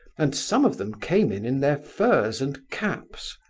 and some of them came in in their furs and caps.